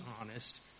honest